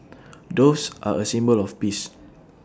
doves are A symbol of peace